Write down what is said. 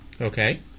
Okay